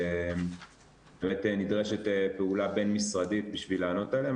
שבאמת נדרשת פעולה בין-משרדית בשביל לענות עליהם,